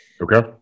Okay